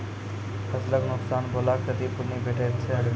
फसलक नुकसान भेलाक क्षतिपूर्ति भेटैत छै?